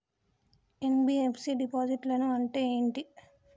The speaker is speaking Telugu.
ఎన్.బి.ఎఫ్.సి డిపాజిట్లను అంటే ఏంటి?